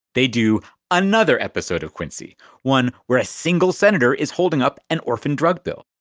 they do another episode of quincy one where a single senator is holding up an orphan-drug bill.